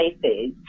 places